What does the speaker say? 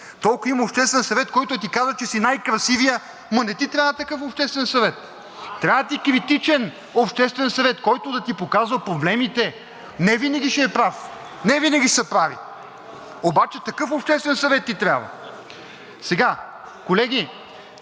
То, ако има обществен съвет, който да ти казва, че си най-красивият, ама не ти трябва такъв обществен съвет! Трябва ти критичен обществен съвет, който да ти показва проблемите. Невинаги ще е прав, невинаги са прави, обаче такъв обществен съвет ти трябва. Колеги,